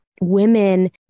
women